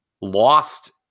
lost